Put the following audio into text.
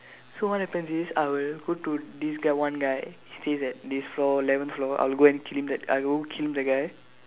so what happens is I will go to this guy one guy stays at this floor eleven floor I'll go and kill him I'll go kill the guy